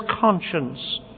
conscience